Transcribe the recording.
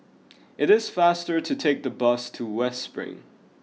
it is faster to take the bus to West Spring